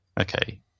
Okay